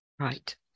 right